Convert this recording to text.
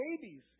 babies